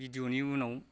भिदिअनि उनाव